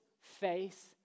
face